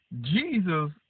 Jesus